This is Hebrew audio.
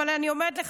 אבל אני אומרת לך,